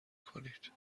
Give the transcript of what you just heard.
کنید